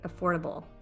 affordable